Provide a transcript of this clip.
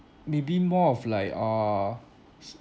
maybe more of like a